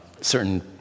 certain